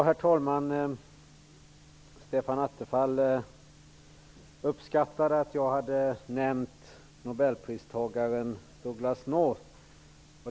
Herr talman! Stefan Attefall uppskattade att jag hade nämnt nobelpristagaren Douglass North.